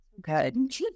Good